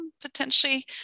potentially